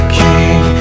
king